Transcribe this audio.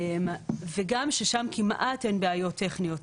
וגם ששם כמעט ואין בעיות טכניות.